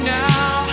now